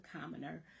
commoner